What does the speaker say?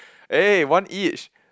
eh one each